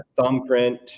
Thumbprint